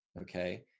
okay